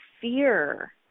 fear